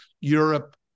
Europe